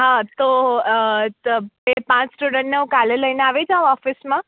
હાં તો તમે પાંચ સ્ટુડન્ટને હું કાલે લઈને આવી જાવ ઓફિસમાં